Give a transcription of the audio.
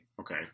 Okay